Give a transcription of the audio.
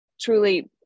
truly